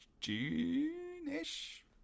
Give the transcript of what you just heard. June-ish